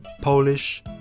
Polish